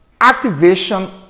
activation